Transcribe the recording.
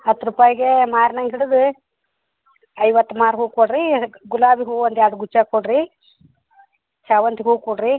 ಹತ್ತು ರೂಪಾಯ್ಗೆ ಮಾರ್ನಂಗೆ ಹಿಡ್ದು ಐವತ್ತು ಮಾರು ಹೂವು ಕೊಡಿರಿ ಅದಕ್ಕೆ ಗುಲಾಬಿ ಹೂವು ಒಂದು ಎರಡು ಗುಚ್ಛ ಕೊಡಿರಿ ಶಾವಂತಿಗೆ ಹೂವು ಕೊಡಿರಿ